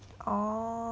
orh